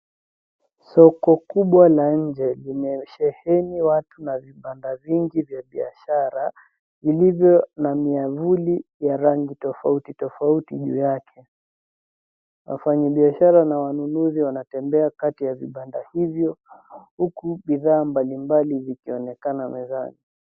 Soko kubwa la nje limesheheni watu na vibanda vingi vya biashara ilivyo na miavuli ya rangi tofauti tofauti juu yake. Wafanyibiashara na wanunuzi wanatembea kati ya vibanda hivyo huku bidhaa mbalimbali vikionekana mezani.